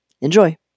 Enjoy